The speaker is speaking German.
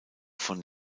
von